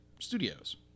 Studios